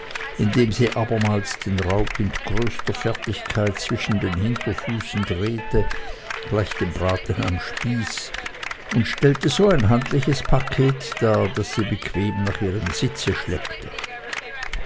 indem sie abermals den raub mit größter fertigkeit zwischen den hinterfüßen drehte gleich dem braten am spieße und stellte so ein handliches paket her das sie bequem nach ihrem sitze schleppte